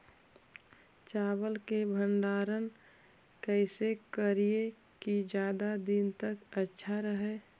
चावल के भंडारण कैसे करिये की ज्यादा दीन तक अच्छा रहै?